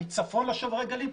מצפון לשוברי הגלים.